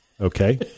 Okay